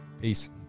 Peace